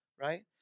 right